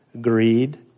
greed